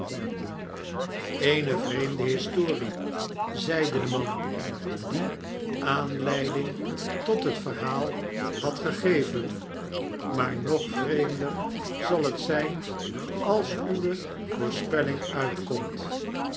eene vreemde historie zeide de man die aanleiding tot het verhaal had gegeven maar nog vreemder zal het zijn als uwe voorspelling uitkomt